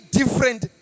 different